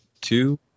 two